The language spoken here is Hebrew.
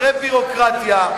מאחורי ביורוקרטיה.